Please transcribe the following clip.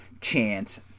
chance